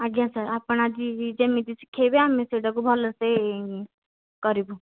ଆଜ୍ଞା ସାର୍ ଆପଣ ଆଜି ଯେମିତି ଶିଖାଇବେ ଆମେ ସେଇଟାକୁ ଭଲସେ କରିବୁ